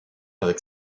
avec